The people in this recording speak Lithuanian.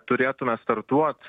turėtume startuot